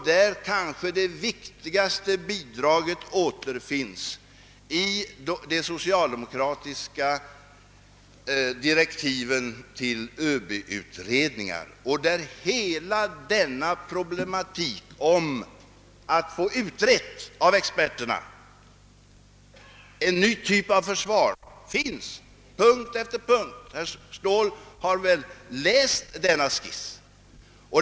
Det kanske viktigaste bidraget återfinns i de socialdemokratiska direktiven för ÖB-utredningar. Hela den problematik som gäl ler expertutredning om en ny typ av försvar finns där punkt för punkt. Herr Ståhl har väl läst denna skiss?